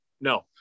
No